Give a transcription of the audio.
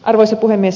arvoisa puhemies